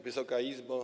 Wysoka Izbo!